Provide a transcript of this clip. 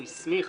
הוא הסמיך